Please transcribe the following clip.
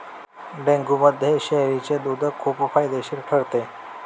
डेंग्यूमध्ये शेळीचे दूध खूप फायदेशीर ठरते